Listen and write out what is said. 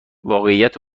واقعیت